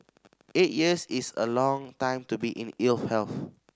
eight years is a long time to be in ill health